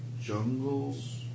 Jungles